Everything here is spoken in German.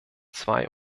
zwei